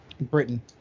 Britain